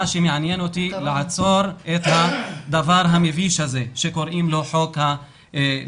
מה שמעניין אותי זה לעצור את הדבר המביש הזה שקוראים לו חוק הלאום.